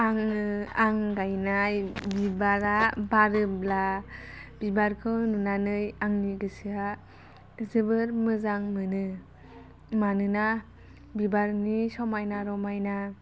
आङो आं गायनाय बिबारा बारोब्ला बिबारखौ नुनानै आंनि गोसोआ जोबोर मोजां मोनो मोनोना बिबारनि समायना रमायना